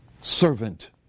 servant